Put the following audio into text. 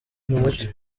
mucyo